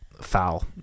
foul